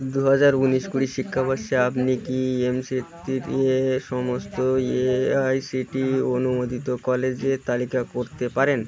দু হাজার উনিশ কুড়ি শিক্ষাবর্ষে আপনি কি এম সি এ এ সমস্ত A I C T E অনুমোদিত কলেজের তালিকা করতে পারেন